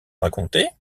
raconté